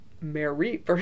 Mary